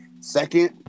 Second